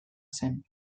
zen